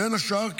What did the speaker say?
בין השאר,